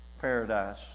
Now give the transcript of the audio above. Paradise